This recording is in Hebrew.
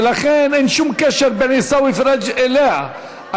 ולכן אין שום קשר בין עיסאווי פריג' אליה.